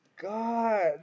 God